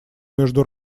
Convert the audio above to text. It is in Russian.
между